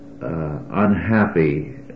unhappy